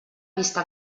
vista